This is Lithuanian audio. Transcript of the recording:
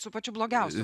su pačiu blogiausiu